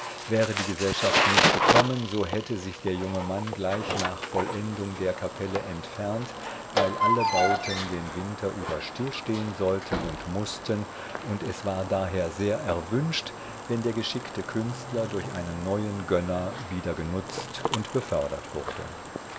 wäre die gesellschaft nicht gekommen so hätte sich der junge mann gleich nach vollendung der kapelle entfernt weil alle bauten den winter über stillstehn sollten und mußten und es war daher sehr erwünscht wenn der geschickte künstler durch einen neuen gönner wieder genutzt und befördert wurde